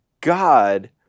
God